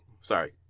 Sorry